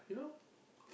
you know